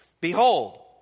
behold